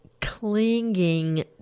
clinging